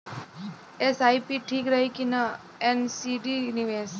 SIP ठीक रही कि एन.सी.डी निवेश?